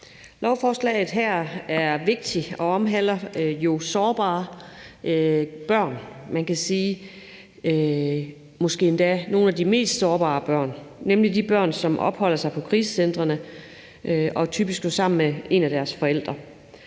Lovforslaget her er vigtigt. Det omhandler jo sårbare børn og måske, kan man sige, endda nogle af de mest sårbare børn, nemlig de børn, som opholder sig på krisecentrene, typisk jo sammen med en af deres forældre.